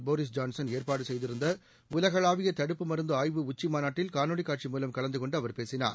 Boris Johnson ஏற்பாடு செய்திருந்த உலகளாவிய தடுப்பு மருந்து ஆய்வு உச்சி மாநாட்டில் காணொளி காட்சி மூலம் கலந்துகொண்டு அவர் பேசினார்